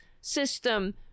system